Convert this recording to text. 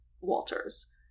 Walters